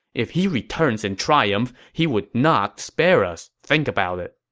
if he returns in triumph, he would not spare us. think about it.